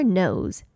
nose